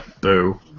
Boo